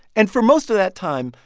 and for most of that time,